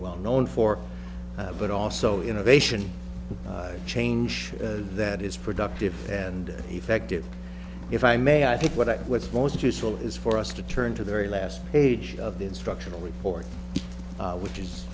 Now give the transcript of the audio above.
well known for but also innovation change that is productive and effective if i may i think what what's most useful is for us to turn to the very last page of the instructional report which is